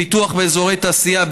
פיתוח באזורי תעשייה,